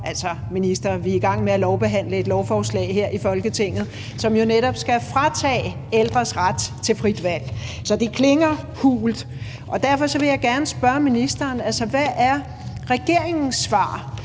altså, minister, vi er i gang med lovbehandle et lovforslag her i Folketinget, som jo netop skal fratage ældres ret til frit valg. Så det klinger hult. Derfor vil jeg gerne spørge ministeren: Hvad er regeringens svar